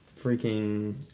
Freaking